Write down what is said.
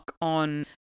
on